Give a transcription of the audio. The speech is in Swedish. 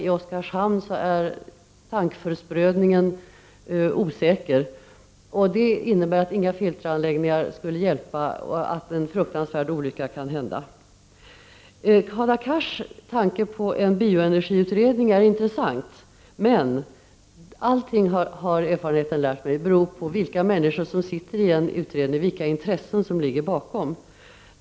I Oskarshamn är tankförsprödningen osäker. Det innebär att inga filteranläggningar skulle hjälpa och att en fruktansvärd olycka kan inträffa. Hadar Cars tanke på en bioenergiutredning är intressant. Men allt — det har erfarenheten lärt mig — beror på vilka människor som sitter i utredningen och vilka intressen som ligger bakom.